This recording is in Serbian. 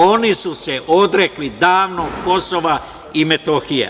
Oni su se odrekli davno Kosova i Metohije.